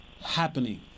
happening